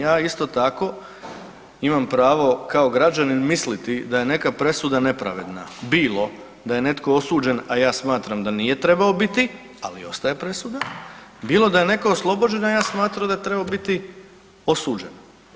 Ja isto tako imam pravo kao građanin misliti da je neka presuda nepravedna, bilo da je netko osuđen, a ja smatram da nije trebao biti, ali ostaje presuda, bilo da je neko oslobođen, a ja smatrao da je trebao biti osuđen.